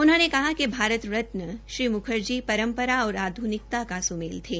उन्होंने कहा कि भारत रतन श्री मुखर्जी परम्परा और आध्निकता का सुमेल थे